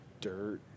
dirt